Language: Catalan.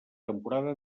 temporada